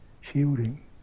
shielding